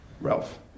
Ralph